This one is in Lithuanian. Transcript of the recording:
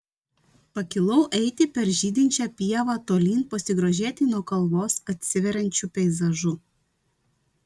pakilau eiti per žydinčią pievą tolyn pasigrožėti nuo kalvos atsiveriančiu peizažu